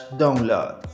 download